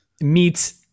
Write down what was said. Meets